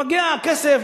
מגיע הכסף,